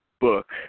book